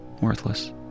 worthless